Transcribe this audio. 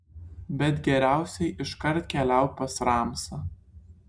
bet geriausiai iškart keliauk pas ramsą